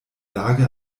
lage